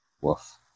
Woof